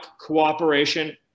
cooperation